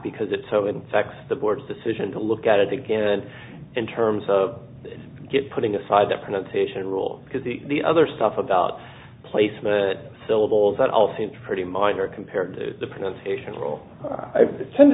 because it's so in fact the board's decision to look at it again in terms of get putting aside the pronunciation rule because the other stuff about placement syllables i'll think pretty minor compared to the pronunciation rule i tend to